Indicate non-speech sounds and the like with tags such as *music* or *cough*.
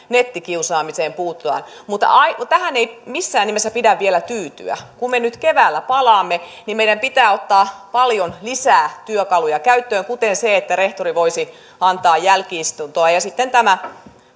*unintelligible* nettikiusaamiseen puututaan mutta tähän ei missään nimessä pidä vielä tyytyä kun me nyt keväällä palaamme niin meidän pitää ottaa paljon lisää työkaluja käyttöön kuten se että rehtori voisi antaa jälki istuntoa ja ja sitten tämä